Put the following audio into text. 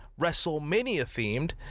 WrestleMania-themed